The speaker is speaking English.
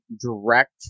direct